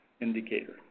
indicator